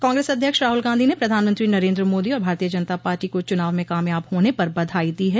कांग्रेस अध्यक्ष राहुल गांधी ने प्रधानमंत्री नरेन्द्र मोदी और भारतीय जनता पार्टी को चुनाव में कामयाब होने पर बधाई दी है